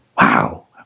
Wow